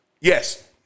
Yes